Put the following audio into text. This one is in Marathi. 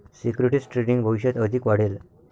सिक्युरिटीज ट्रेडिंग भविष्यात अधिक वाढेल